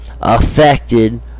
affected